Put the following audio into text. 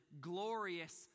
glorious